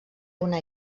una